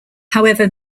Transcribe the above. however